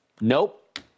Nope